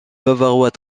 bavarois